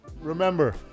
Remember